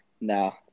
No